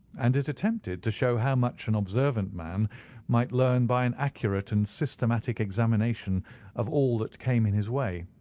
and it attempted to show how much an observant man might learn by an accurate and systematic examination of all that came in his way.